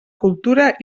cultura